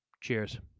Cheers